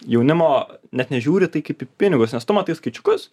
jaunimo net nežiūri tai kaip į pinigus nes tu matai skaičiukus